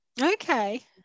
Okay